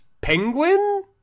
penguin